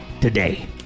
today